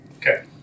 Okay